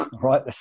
Right